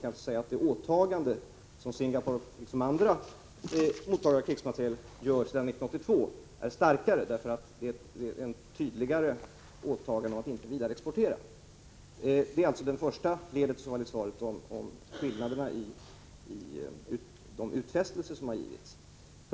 Man kan säga att de åtaganden som Singapore liksom andra mottagare av krigsmateriel gör sedan 1982 är starkare, eftersom det är tydligare åtaganden att inte vidareexportera. Det är det första ledet i svaret om skillnaderna i de utfästelser som har gjorts.